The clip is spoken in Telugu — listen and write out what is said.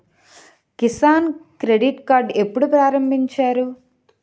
కిసాన్ క్రెడిట్ కార్డ్ ఎప్పుడు ప్రారంభించారు?